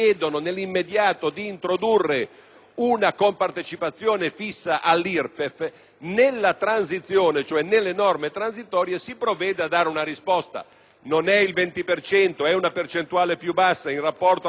una compartecipazione fissa all'IRPEF, nella transizione, cioè nelle norme transitorie, si provveda a dare una risposta. Se non nella misura del 20 per cento, in una percentuale più bassa in rapporto alla riduzione dei trasferimenti - si può discutere